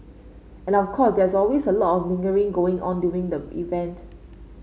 and of course there is always a lot of mingling going on during the event